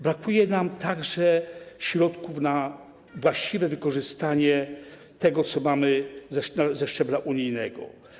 Brakuje nam także środków na właściwe wykorzystanie tego, co mamy ze szczebla unijnego.